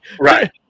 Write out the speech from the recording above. right